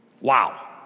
Wow